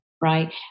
Right